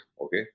okay